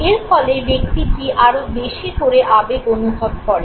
এর ফলে ব্যক্তিটি আরও বেশি করে আবেগ অনুভব করেন